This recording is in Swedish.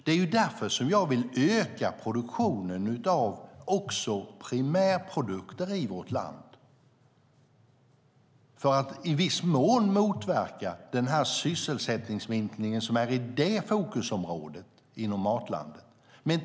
Det är därför som jag vill öka produktionen av primärprodukter för att i viss mån motverka den sysselsättningsminskning som finns på det fokusområdet inom Matlandet.